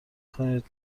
کنید